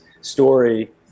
story